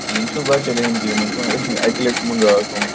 یِم چھِنہٕ زانٛہہ چَلیمتِی یِمَن چھُنہٕ اَکہِ لَٹہِ چھُ یِمَن گاش آمُت